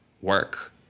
work